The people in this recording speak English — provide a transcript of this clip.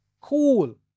Cool